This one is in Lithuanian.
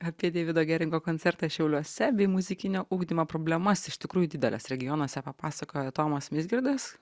apie deivido geringo koncertą šiauliuose bei muzikinio ugdymo problemas iš tikrųjų dideles regionuose papasakojo tomas mizgirdas